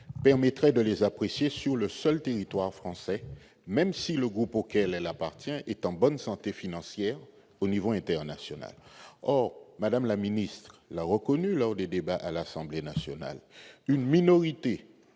permettrait de les apprécier sur le seul territoire français même si le groupe auquel elle appartient est en bonne santé financière au niveau international, or, Madame la Ministre, l'a reconnu, lors des débats à l'Assemblée nationale, une minorité,